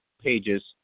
pages